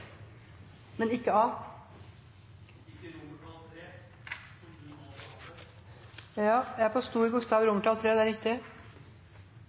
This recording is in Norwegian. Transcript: Men ikke A? Ikke III. Vi er på A, III – det er riktig.